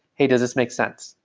hey, does this make sense?